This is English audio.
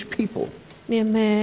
people